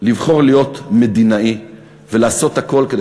לבחור להיות מדינאי ולעשות הכול כדי